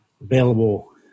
available